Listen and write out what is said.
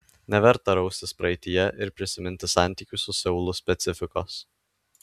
neverta raustis praeityje ir prisiminti santykių su seulu specifikos